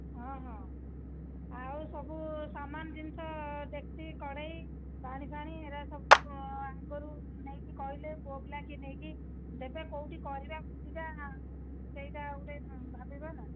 ହଁ ହଁ ଆଉ ସବୁ ସାମାନ ଜିନିଷ ଡେକ୍ଚି କଢ଼େଇ ପାଣି ଫାଣି ଏଗୁଡା ସବୁ ଆଗରୁ ନେଇକି କହିଲେ ପୁଅପିଲା କିଏ ନେଇକି ଦେବେ କେଉଁଠି କରିବା ବୁଝିବା ସେଇଟା ଗୋଟେ ଭାବିବା ନା